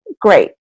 Great